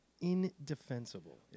indefensible